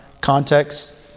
context